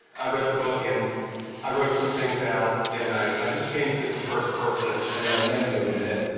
i read the book and i wrote some things out and i i just changed it to first person, and then i laminated it,